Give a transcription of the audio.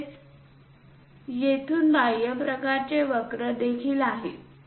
तसेच येथून बाह्य प्रकारचे वक्र देखील आहेत